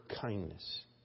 kindness